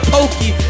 Pokey